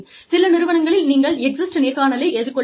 சில நிறுவனங்களில் நீங்கள் எக்ஸிட் நேர்காணலை எதிர்கொள்ள வேண்டும்